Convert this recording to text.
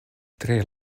tre